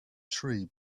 tree